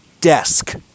desk